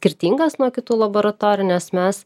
skirtingas nuo kitų laboratorijų ne mes